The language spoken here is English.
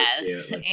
Yes